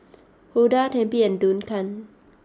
Hulda Tempie and Duncan